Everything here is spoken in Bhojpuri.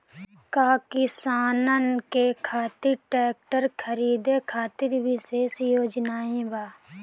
का किसानन के खातिर ट्रैक्टर खरीदे खातिर विशेष योजनाएं बा?